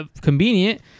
convenient